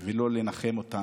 ולא לנחם אותם.